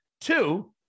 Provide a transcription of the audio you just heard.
Two